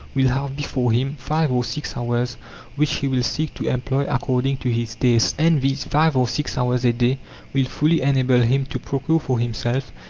will have before him five or six hours which he will seek to employ according to his tastes. and these five or six hours a day will fully enable him to procure for himself,